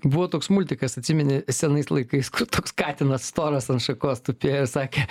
buvo toks multikas atsimeni senais laikais kur toks katinas storas ant šakos tupėjo ir sakė